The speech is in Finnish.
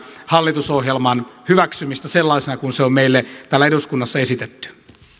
hallitusohjelman hyväksymistä sellaisena kuin se on meille täällä eduskunnassa esitetty